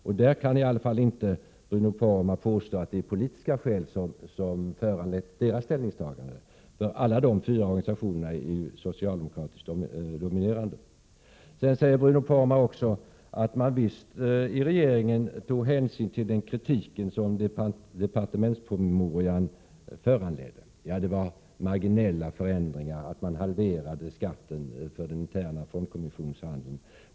Bruno Poromaa kan i alla fall inte påstå att det är politiska skäl som föranlett deras ställningstagande, eftersom alla de fyra organisationerna är socialdemokratiskt dominerade. Sedan säger Bruno Poromaa också att regeringen visst tog hänsyn till den kritik som departementspromemorian föranledde. Ja, det var allt marginella förändringar, t.ex. att man halverade skatten för den interna fondkommissionshandeln.